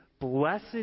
Blessed